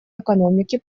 экономики